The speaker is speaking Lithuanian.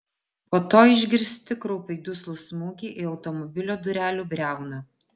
po to išgirsti kraupiai duslų smūgį į automobilio durelių briauną